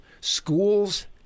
schools